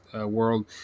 world